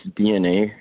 DNA